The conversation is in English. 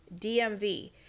DMV